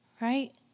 Right